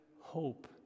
hope